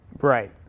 Right